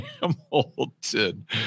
Hamilton